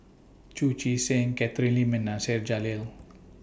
Chu Chee Seng Catherine Lim and Nasir Jalil